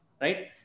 right